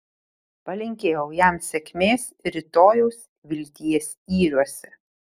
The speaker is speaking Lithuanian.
palinkėjau jam sėkmės rytojaus vilties yriuose